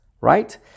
right